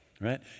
right